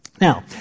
Now